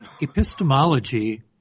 epistemology